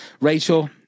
Rachel